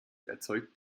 erzeugt